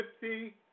fifty